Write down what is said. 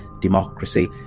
democracy